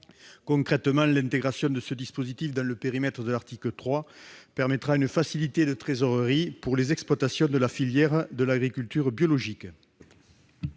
Concrètement, l'intégration de ce dispositif dans le périmètre de l'article 3 permettra une facilité de trésorerie pour les exploitations de la filière de l'agriculture biologique.